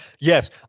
yes